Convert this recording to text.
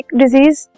disease